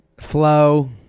flow